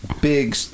big